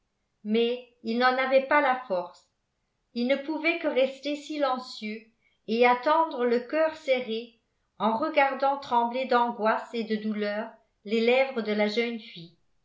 mais il n'en avait pas la force il ne pouvait que rester silencieux et attendre le cœur serré en regardant trembler d'angoisse et de douleur les lèvres de la jeune fille